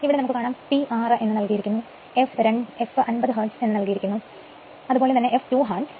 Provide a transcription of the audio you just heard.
ഇവിടെ നൽകിയിരിക്കുന്നു P 6 എന്ന് f 50 ഹാർട്സ് അതുപോലെ തന്നെ f 2 ഹാർട്സ്